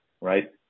right